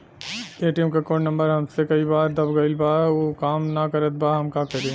ATM क code number हमसे कई बार दब गईल बा अब उ काम ना करत बा हम का करी?